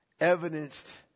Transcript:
Evidenced